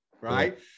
right